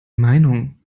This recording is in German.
meinung